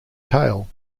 tail